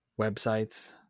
websites